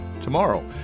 Tomorrow